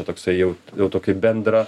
toksai jau jau tokį bendrą